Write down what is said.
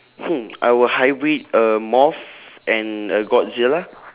hmm I will hybrid a moth and a godzilla